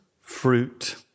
fruit